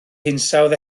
hinsawdd